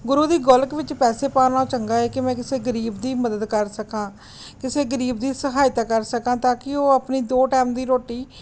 ਗੁਰੂ ਦੀ ਗੋਲਕ ਵਿੱਚ ਪੈਸੇ ਪਾਉਣ ਨਾਲੋਂ ਚੰਗਾ ਏ ਕਿ ਮੈਂ ਕਿਸੇ ਗਰੀਬ ਦੀ ਮਦਦ ਕਰ ਸਕਾਂ ਕਿਸੇ ਗਰੀਬ ਦੀ ਸਹਾਇਤਾ ਕਰ ਸਕਾਂ ਤਾਂ ਕਿ ਉਹ ਆਪਣੀ ਦੋ ਟੈਮ ਦੀ ਰੋਟੀ